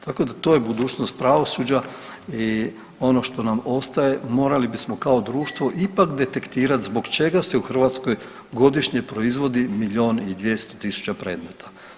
Tako da to je budućnost pravosuđa i ono što nam ostaje morali bismo kao društvo ipak detektirati zbog čega se u Hrvatskoj godišnje proizvodi milijun i 200 000 predmeta.